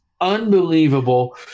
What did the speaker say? unbelievable